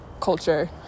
culture